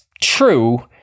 true